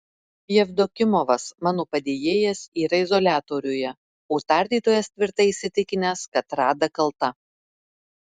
jevdokimovas mano padėjėjas yra izoliatoriuje o tardytojas tvirtai įsitikinęs kad rada kalta